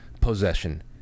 possession